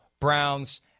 Browns